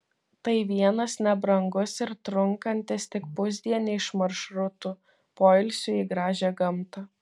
tai vienas nebrangus ir trunkantis tik pusdienį iš maršrutų poilsiui į gražią gamtą